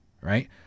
Right